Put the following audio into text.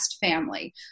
family